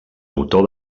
autor